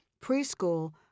preschool